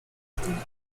estreno